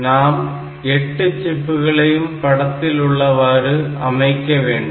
நாம் 8 சிப்புகளையும் படத்தில் உள்ளவாறு அமைக்க வேண்டும்